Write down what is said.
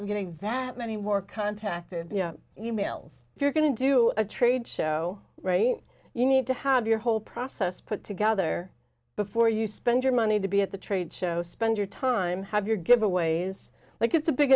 i'm getting that many more contact and e mails if you're going to do a trade show you need to have your whole process put together before you spend your money to be at the trade show spend your time have your giveaways like it's a big